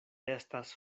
estas